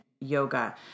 yoga